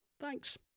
thanks